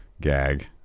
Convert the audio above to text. gag